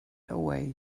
away